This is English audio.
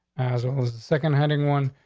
as it was the second heading one.